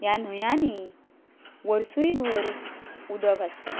ह्या न्हंयांनी वर्सूयभर उदक आसता